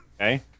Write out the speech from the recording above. Okay